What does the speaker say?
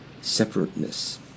separateness